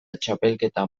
txapelketa